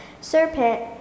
serpent